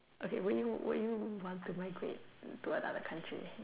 okay would you would you want to migrate to another country